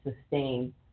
sustain